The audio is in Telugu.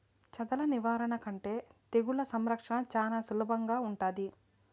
చెదల నివారణ కంటే తెగుళ్ల సంరక్షణ చానా సులభంగా ఉంటాది